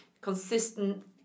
consistent